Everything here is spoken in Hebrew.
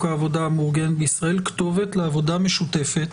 העבודה המאורגנת בישראל כתובת לעבודה משותפת